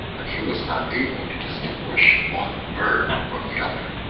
and he was not able to distinguish one bird from the other.